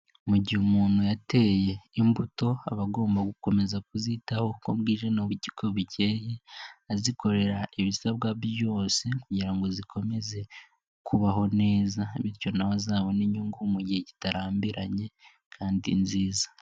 Mu gihe umuntu yateye imbuto aba agomba gukomeza kuzitaho uko bwije nuko bukeye azikorera ibisabwa byose kugira ngo zikomeze kubaho neza bityo nawe azabone inyungu mu gihe kitarambiranye kandi nziza.